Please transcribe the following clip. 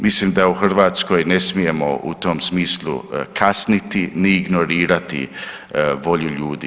Mislim da u Hrvatskoj ne smijemo u tom smislu kasniti, ni ignorirati volju ljudi.